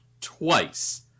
twice